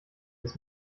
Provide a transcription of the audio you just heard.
des